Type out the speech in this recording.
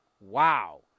Wow